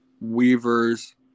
weaver's